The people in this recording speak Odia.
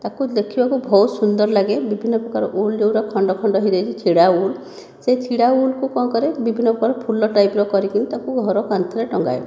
ତାକୁ ଦେଖିବାକୁ ବହୁତ ସୁନ୍ଦର୍ ଲାଗେ ବିଭିନ୍ନ ପ୍ରକାର ଉଲ୍ ଯେଉଁଟା ଖଣ୍ଡ ଖଣ୍ଡ ହୋଇଯାଇଛି ଛିଡ଼ା ଉଲ୍ ଛିଡ଼ା ଉଲ୍କୁ କ'ଣ କରେ ବିଭିନ୍ନ ପ୍ରକାର ଫୁଲ ଟାଇପର କରିକିନି ତାକୁ ଘର କାନ୍ଥରେ ଟଙ୍ଗାଏ